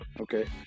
okay